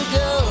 go